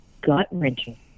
gut-wrenching